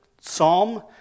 psalm